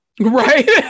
Right